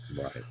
Right